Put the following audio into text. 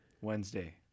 Wednesday